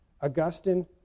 Augustine